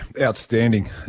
outstanding